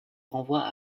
renvoie